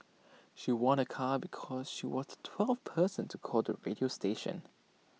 she won A car because she was the twelfth person to call the radio station